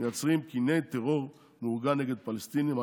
מייצרים קיני טרור מאורגן נגד פלסטינים.